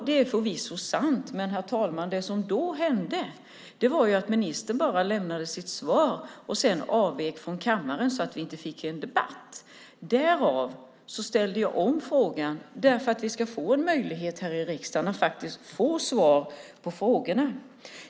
Det är förvisso sant, men, herr talman, det som då hände var att ministern bara lämnade sitt svar och sedan avvek från kammaren så att vi inte fick en debatt. Därför ställde jag frågan igen, för att vi ska få en möjlighet här i riksdagen att faktiskt få svar på frågorna.